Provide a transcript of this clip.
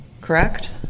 Correct